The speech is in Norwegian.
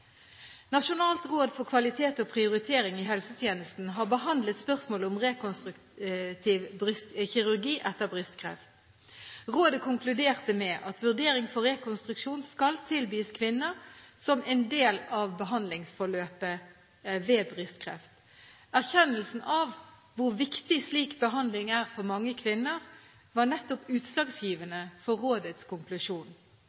Nasjonalt råd for kvalitet og prioritering i helsetjenesten har behandlet spørsmålet om rekonstruktiv kirurgi etter brystkreft. Rådet konkluderte med at vurdering for rekonstruksjon skal tilbys kvinner som en del av behandlingsforløpet ved brystkreft. Erkjennelsen av hvor viktig slik behandling er for mange kvinner, var